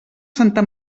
santa